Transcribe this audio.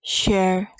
share